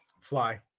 fly